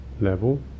level